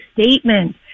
statement